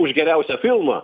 už geriausią filmą